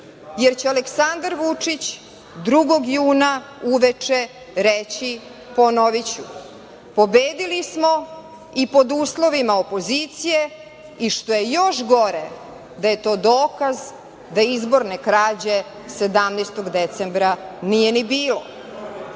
jer će Aleksandar Vučić 2. juna uveče reći, ponoviću – pobedili smo i pod uslovima opozicije i što je još gore da je to dokaz da izborne krađe 17. decembra nije ni bilo. Da